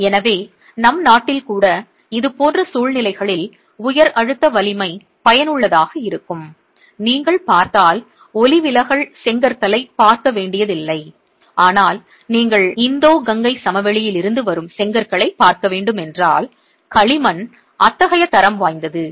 எனவே நம் நாட்டில் கூட இதுபோன்ற சூழ்நிலைகளில் உயர் அழுத்த வலிமை பயனுள்ளதாக இருக்கும் நீங்கள் பார்த்தால் ஒளிவிலகல் செங்கற்களைப் பார்க்க வேண்டியதில்லை ஆனால் நீங்கள் இந்தோ கங்கை சமவெளியில் இருந்து வரும் செங்கற்களைப் பார்க்க வேண்டும் என்றால் களிமண் அத்தகைய தரம் வாய்ந்தது